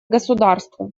государство